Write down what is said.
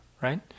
right